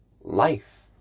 life